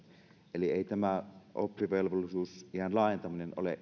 eli ei tämä oppivelvollisuusiän laajentaminen ole